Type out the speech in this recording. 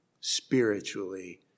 spiritually